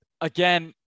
again